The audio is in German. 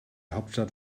hauptstadt